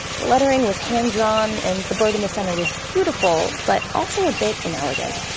the lettering was hand-drawn and the bird in the center was beautiful, but also a bit inelegant.